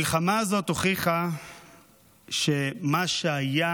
המלחמה הזאת הוכיחה שמה שהיה